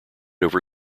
over